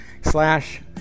slash